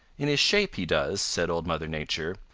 in his shape he does, said old mother nature,